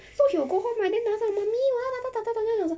so he will go home right then mummy 我要